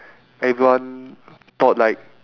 everyone thought like